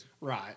Right